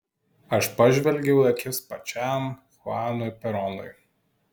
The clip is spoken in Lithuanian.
aš pažvelgiau į akis pačiam chuanui peronui